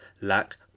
lack